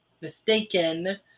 mistaken